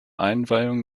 einweihung